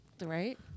Right